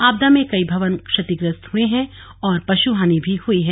आपदा में कई भवन क्षतिग्रस्त हुए हैं और पशुहानी भी हुई है